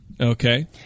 Okay